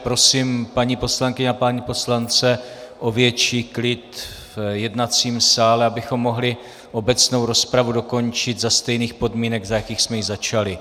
Prosím paní poslankyně a pány poslance o větší klid v jednacím sále, abychom mohli obecnou rozpravu dokončit za stejných podmínek, za jakých jsme ji začali.